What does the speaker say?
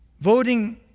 Voting